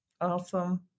Awesome